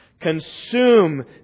consume